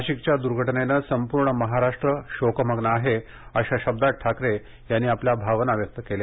नाशिकच्या दुर्घटनेने संपूर्ण महाराष्ट्र शोकमग्न आहे अशा शब्दांत ठाकरे यांनी आपल्या भावना व्यक्त केल्या आहेत